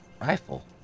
rifle